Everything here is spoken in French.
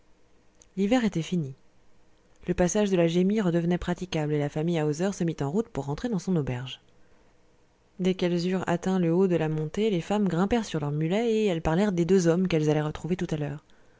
l'hiver était fini le passage de la gemmi redevenait praticable et la famille hauser se mit en route pour rentrer dans son auberge dès qu'elles eurent atteint le haut de la montée les femmes grimpèrent sur leur mulet et elles parlèrent des deux hommes qu'elles allaient retrouver tout à l'heure